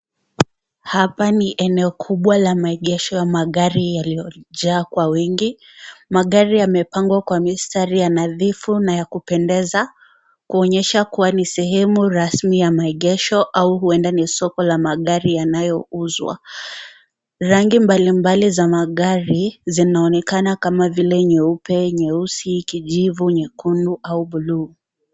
Hapa ni eneo kubwa la maegesho ya magari yaliyojaa kwa wingi. Magari yamepangwa kwa mistari nadhifu na ya kupendeza, kuonyesha kuwa ni sehemu rasmi ya maegesho au huenda ni soko la magari yanayouzwa. Rangi mbalimbali za magari zinaonekana kama vile nyeupe, nyeusi, kijivu, nyekundu au bluu.